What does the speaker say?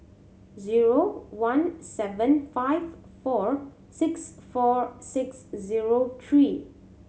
zero one seven five four six four six zero three